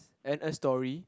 and a story